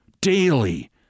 daily